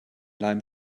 leim